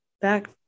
back